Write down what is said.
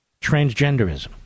transgenderism